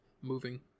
moving